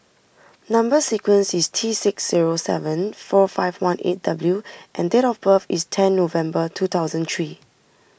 Number Sequence is T six zero seven four five one eight W and date of birth is ten November two thousand three